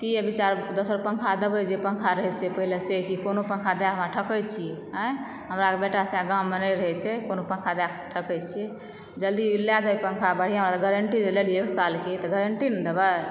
की यऽ विचार दोसर पंखा देबै जे पंखा रहै पहिले से कि कोनो पंखा दए कऽ ठकै छियै आंय हमरा आर के बेटा सब गाम मे नहि रहै छै कोनो पंखा दए कऽ ठकै छियै जल्दी लए जाउ ई पंखा बढ़िऑं गारंटी लेलियै एक साल के तऽ गारंटी नहि देबै